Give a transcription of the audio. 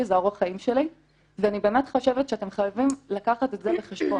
זה אורח החיים שלי ואני באמת חושבת שאתם חייבים לקחת את זה בחשבון.